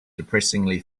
depressingly